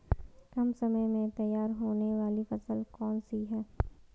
कम समय में तैयार होने वाली फसल कौन सी है?